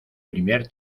primer